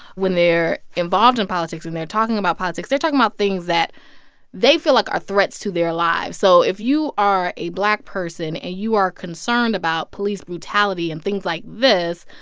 when they're involved in politics and they're talking about politics, they're talking about things that they feel like are threats to their lives so if you are a black person and you are concerned about police brutality and things like this,